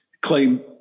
claim